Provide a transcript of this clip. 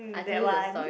that one